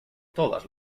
todas